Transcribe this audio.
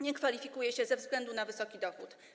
Nie kwalifikuje się ze względu na wysoki dochód.